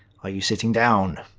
are you sitting down?